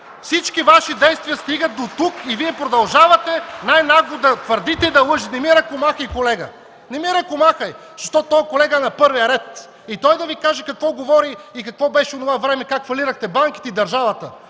Всички Ваши действия стигат дотук и Вие продължавате най-нагло да твърдите и да лъжете... Не ми ръкомахай, колега! Не ми ръкомахай! Този колега е на първия ред, той да Ви каже какво говори и какво беше онова време, и как фалирахте банките и държавата!